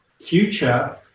future